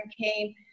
came